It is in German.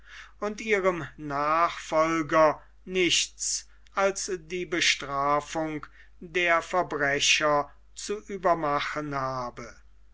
und ihrem nachfolger nichts als die bestrafung der verbrecher zu übermachen habe